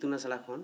ᱤᱛᱩᱱ ᱟᱥᱲᱟ ᱠᱷᱚᱱ